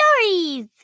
stories